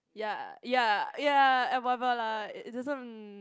ya ya ya and whatever lah it doesn't